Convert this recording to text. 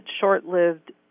short-lived